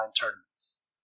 tournaments